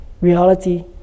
reality